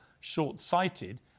short-sighted